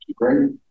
great